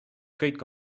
kõik